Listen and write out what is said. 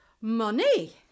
Money